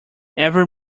every